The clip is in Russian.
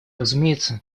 разумеется